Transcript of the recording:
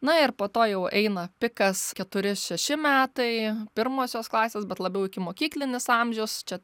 na ir po to jau eina pikas keturi šeši metai pirmosios klasės bet labiau ikimokyklinis amžius čia